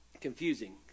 confusing